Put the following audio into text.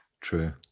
true